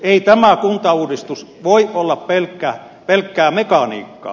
ei tämä kuntauudistus voi olla pelkkää mekaniikkaa